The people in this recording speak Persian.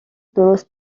درست